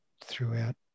throughout